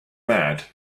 mad